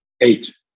eight